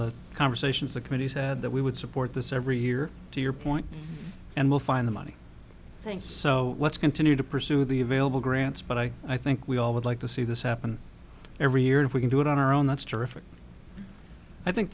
the conversations the committee said that we would support this every year to your point and we'll find the money thanks so let's continue to pursue the available grants but i i think we all would like to see this happen every year if we can do it on our own that's terrific i think